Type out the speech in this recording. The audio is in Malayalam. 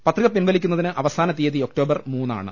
പത്രിക പിൻവലി ക്കുന്നതിന് അവസാന തീയ്യതി ഒക്ടോബർ മൂന്ന് ആണ്